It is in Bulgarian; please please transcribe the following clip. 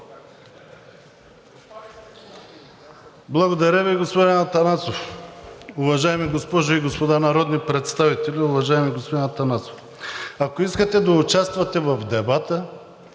Благодаря Ви, господин Атанасов. Уважаеми госпожи и господа народни представители, уважаеми господин Атанасов! Ако искате да участвате в дебата,